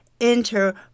enter